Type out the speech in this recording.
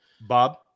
Bob